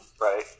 Right